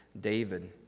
David